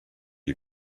you